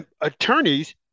attorneys